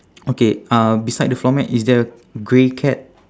okay uh beside the floor mat is there a grey cat